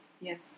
Yes